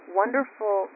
wonderful